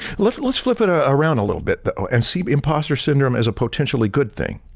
let's let's flip it ah around a little bit and see impostor syndrome as a potentially good thing,